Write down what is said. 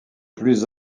plus